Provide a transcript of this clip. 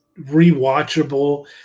rewatchable